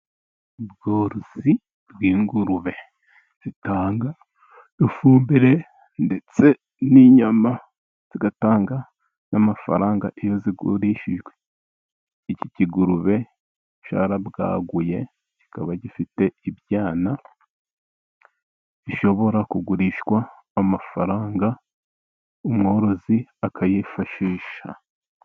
Ubworozi bw'ingurube zitanga ifumbire ndetse n'inyama. Zigatanga n'amafaranga iyo zigurishijwe. Iki kigurube cyarabwaguye, kikaba gifite ibyana bishobora kugurishwa amafaranga, umworozi akayifashisha.